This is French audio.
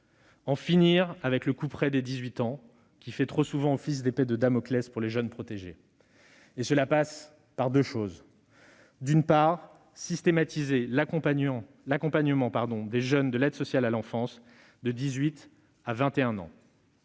en finir avec le couperet des 18 ans, qui fait trop souvent office d'épée de Damoclès pour les jeunes protégés. Il faut, d'une part, systématiser l'accompagnement des jeunes de l'aide sociale à l'enfance de 18 à 21 ans